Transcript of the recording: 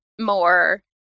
more